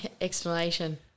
explanation